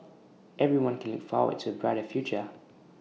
everyone can look forward to A brighter future